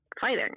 fighting